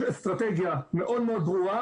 יש אסטרטגיה מאוד ברורה,